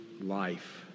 life